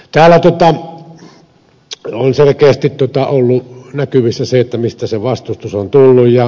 täällä on selkeästi ollut näkyvissä se mistä se vastustus on tullut